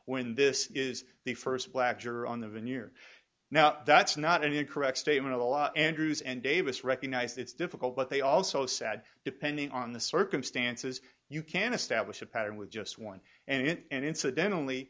when this is the first black juror on the veneer now that's not an incorrect statement of the law andrews and davis recognized it's difficult but they also sad depending on the circumstances you can establish a pattern with just one and incidentally